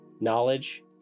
knowledge